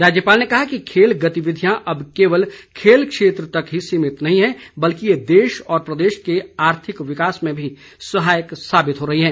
राज्यपाल ने कहा कि खेल गतिविधियां अब केवल खेल क्षेत्र तक ही सीमित नहीं है बल्कि ये देश और प्रदेश के आर्थिक विकास में भी सहायक साबित हो रही है